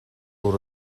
door